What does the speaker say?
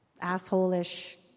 asshole-ish